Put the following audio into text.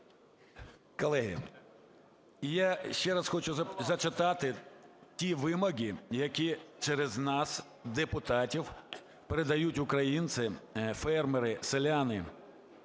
Колеги, я ще раз хочу зачитати ті вимоги, які через нас, депутатів, передають українці – фермери, селяни.